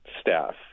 staff